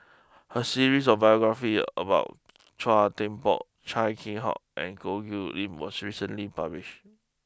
a series of biographies about Chua Thian Poh Chia Keng Hock and Goh Chiew Lye was recently published